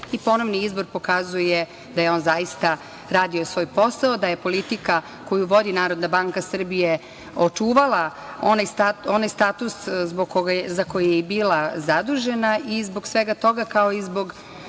i ponovni izbor pokazuje da je on zaista radio svoj posao, da je politika koju vodi NBS očuvala onaj status za koji je i bila zadužena i zbog svega toga kao i zbog